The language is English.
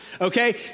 Okay